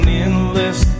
endless